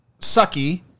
Sucky